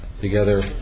together